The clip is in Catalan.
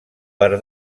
per